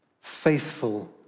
faithful